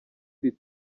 iri